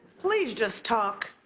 please just talk.